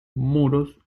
muros